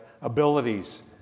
abilities